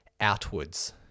outwards